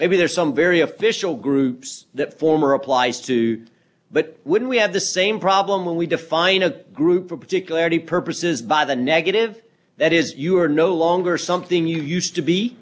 maybe there are some very official groups that former applies to but would we have the same problem when we define a group for particularly purposes by the negative that is you are no longer something you used to be